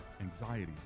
anxiety